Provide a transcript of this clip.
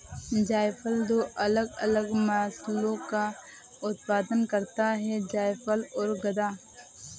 जायफल दो अलग अलग मसालों का उत्पादन करता है जायफल और गदा